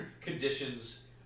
conditions